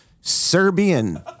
Serbian